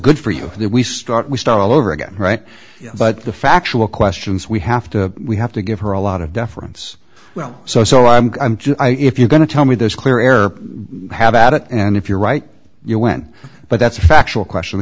good for you that we start we start all over again right but the factual questions we have to we have to give her a lot of deference well so so i'm just if you're going to tell me there's clear air have at it and if you're right you know when but that's a factual question the